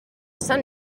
sant